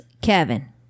Kevin